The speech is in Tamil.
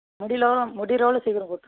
முடிகிறளவு சீக்கிரம் கொடுத்து